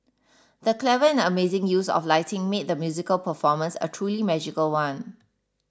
the clever and amazing use of lighting made the musical performance a truly magical one